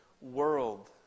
world